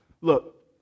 Look